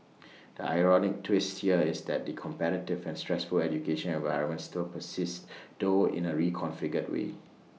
the ironic twist here is that the competitive and stressful education environment still persists though in A reconfigured way